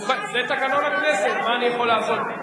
זה תקנון הכנסת, מה אני יכול לעשות?